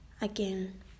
again